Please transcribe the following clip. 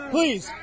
Please